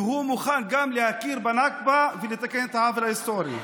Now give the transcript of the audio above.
והוא מוכן גם להכיר בנכבה ולתקן את העוול ההיסטורי.